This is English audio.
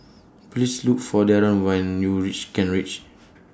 Please Look For Daron when YOU REACH Kent Ridge